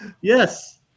yes